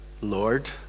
Lord